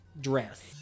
dress